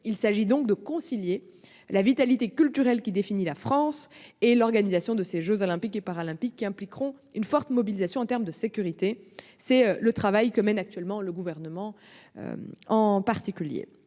Il s'agit donc de concilier la vitalité culturelle qui définit la France et l'organisation des jeux Olympiques et Paralympiques, qui impliqueront une forte mobilisation en matière de sécurité. C'est le travail que mène actuellement le Gouvernement. La ministre